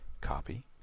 copy